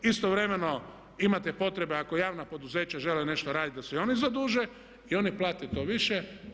Istovremeno imate potrebe ako javna poduzeća žele nešto raditi da se i oni zaduže i oni plate to više.